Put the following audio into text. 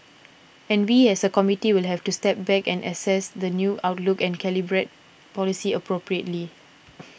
and we as a committee will have to step back and assess the new outlook and calibrate policy appropriately